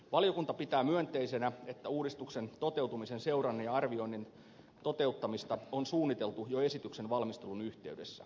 valiokunta pitää myönteisenä että uudistuksen toteutumisen seurannan ja arvioinnin toteuttamista on suunniteltu jo esityksen valmistelun yhteydessä